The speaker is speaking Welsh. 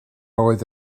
oedd